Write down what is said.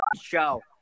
show